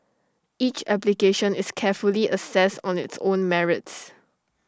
each application is carefully assessed on its own merits